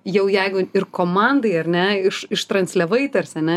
jau jeigu ir komandai ar ne iš ištransliavai tarsi ane